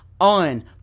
on